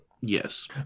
Yes